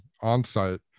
on-site